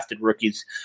rookies